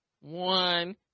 one